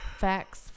Facts